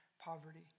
poverty